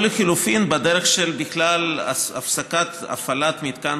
או לחלופין בדרך של בכלל הפסקת הפעלת מתקן